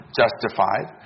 justified